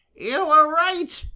you were right,